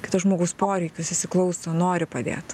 kito žmogaus poreikius įsiklauso nori padėt